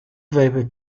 vapor